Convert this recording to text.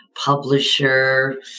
publisher